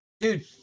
Dude